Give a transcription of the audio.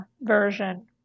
version